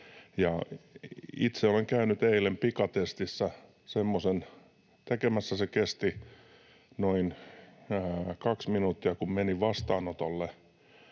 Itse olen käynyt eilen pikatestissä semmoisen tekemässä. Se kesti noin kaksi minuuttia, kun menin vastaanotolle.